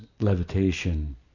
levitation